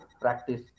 practice